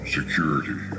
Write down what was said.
security